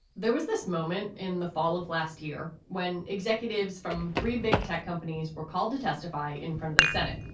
there was this moment in the fall of last year when executives from three big tech companies were called to testify in front of the senate,